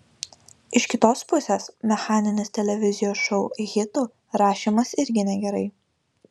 iš kitos pusės mechaninis televizijos šou hitų rašymas irgi negerai